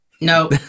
No